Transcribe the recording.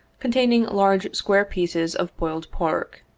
containing large square pieces of boiled pork.